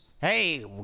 hey